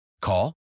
Call